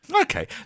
Okay